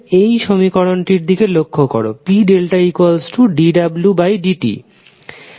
এই সমীকরণ টির দিকে লক্ষ্য করো p≜dwdt